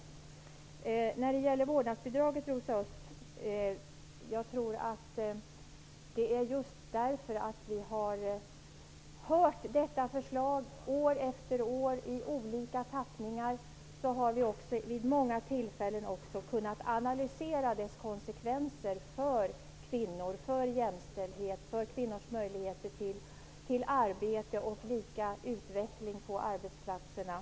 Förslaget till vårdnadsbidrag har vi hört år efter år i olika tappningar. Därför har vi också kunnat analysera dess konsekvenser för kvinnor, för jämställdhet, för kvinnors möjligheter till arbete och lika utveckling på arbetsplatserna.